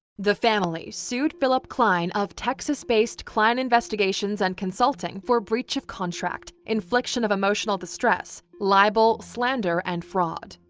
the family sued philip klein of texas-based klein investigations and consulting for breach of contract, infliction of emotional distress, libel, slander and fraud.